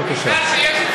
בבקשה.